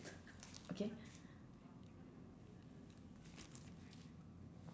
okay